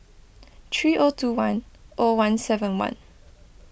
three O two one O one seven one